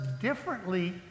differently